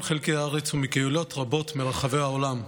חלקי הארץ ומקהילות רבות מרחבי העולם.